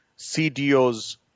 CDO's